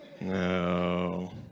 No